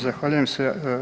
Zahvaljujem se.